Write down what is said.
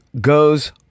goes